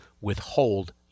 withhold